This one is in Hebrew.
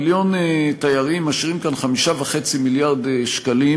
מיליון תיירים משאירים כאן 5.5 מיליארד שקלים.